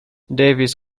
davis